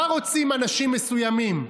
מה רוצים אנשים מסוימים,